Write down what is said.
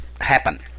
happen